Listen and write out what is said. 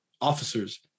officers